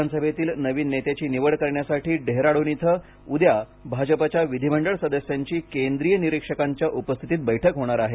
विधानसभेतील नवीन नेत्याची निवड करण्यासाठी डेहराडून येथे उद्या भाजपच्या विधिमंडळ सदस्यांची केंद्रीय निरीक्षकांच्या उपस्थितीत बैठक होणार आहे